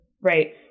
right